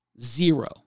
Zero